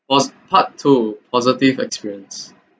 was part two positive experience